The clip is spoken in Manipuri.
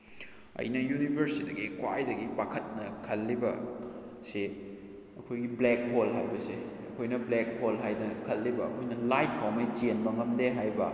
ꯑꯩꯅ ꯌꯨꯅꯤꯚ꯭ꯔꯁꯁꯤꯗꯒꯤ ꯈ꯭ꯋꯥꯏꯗꯒꯤ ꯄꯥꯈꯠꯅ ꯈꯜꯂꯤꯕꯁꯤ ꯑꯩꯈꯣꯏꯒꯤ ꯕ꯭ꯂꯦꯛ ꯍꯣꯜ ꯍꯥꯏꯕꯁꯤ ꯑꯩꯈꯣꯏꯅ ꯕ꯭ꯂꯦꯛ ꯍꯣꯜ ꯍꯥꯏꯅ ꯈꯜꯂꯤꯕ ꯑꯩꯈꯣꯏꯅ ꯂꯥꯏꯠ ꯐꯥꯎꯕ ꯆꯦꯟꯕ ꯉꯝꯗꯦ ꯍꯥꯏꯕ